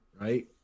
right